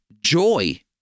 joy